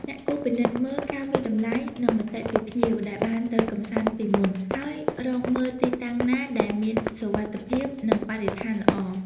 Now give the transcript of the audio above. អ្នកគួរពិនិត្យមើល ការវាយតម្លៃ និង មតិពីភ្ញៀវ ដែលបានទៅកម្សាន្តពីមុន ហើយរកមើលទីតាំងណាដែលមាន សុវត្ថិភាព និងបរិស្ថានល្អ។